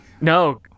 No